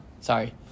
sorry